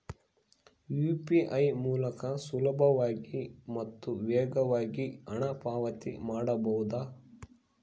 UPI ಮೂಲಕ ಸುಲಭವಾಗಿ ಮತ್ತು ವೇಗವಾಗಿ ಹಣ ಪಾವತಿ ಮಾಡಬಹುದಾ?